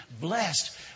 blessed